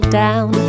down